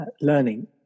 learning